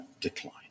Decline